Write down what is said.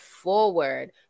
forward